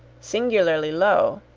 singularly low,